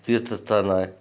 तीर्थ स्थान आहे